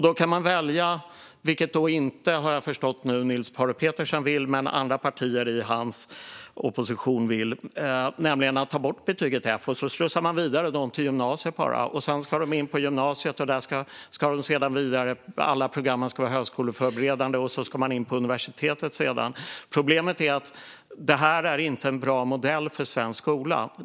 Då kan man välja, vilket jag nu har förstått att Niels Paarup-Petersen inte vill men vilket andra partier i hans opposition vill, att ta bort betyget F och helt enkelt slussa vidare dessa elever till gymnasiet. På gymnasiet ska sedan alla programmen vara högskoleförberedande, och efter det ska eleverna in på universitetet. Problemet är att detta inte är en bra modell för svensk skola.